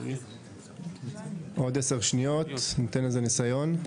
עוד 10 שניות, ניתן לזה ניסיון.